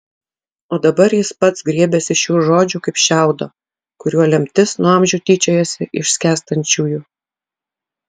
o dabar jis pats griebėsi šių žodžių kaip šiaudo kuriuo lemtis nuo amžių tyčiojasi iš skęstančiųjų